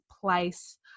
place